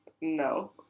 No